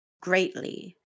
greatly